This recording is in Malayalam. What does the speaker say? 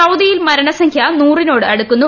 സൌദിയ്ക്കിൽ മ്രണസംഖ്യ നൂറിനോട് അടുക്കുന്നു